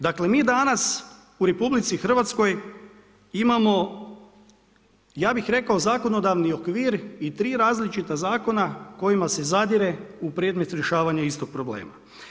Dakle, mi danas u RH imamo ja bih rekao zakonodavni okvir i 3 različita zakona kojima se zadire u predmet rješavanja istog problema.